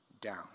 down